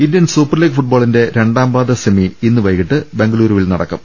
Indian super league ഫുട്ബോളിന്റെ രണ്ടാംപാദ semi ഇന്ന് വൈകിട്ട് ബംഗളുരുവിൽ നടക്കും